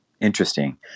interesting